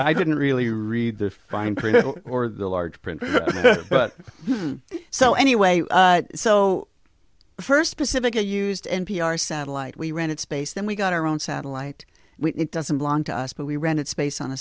i didn't really read the fine print or the large print but so anyway so first pacifica used n p r satellite we rented space then we got our own satellite it doesn't belong to us but we rented space on